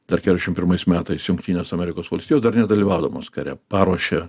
dar kedešimt pirmais metais jungtinės amerikos valstijos dar nedalyvaudamos kare paruošė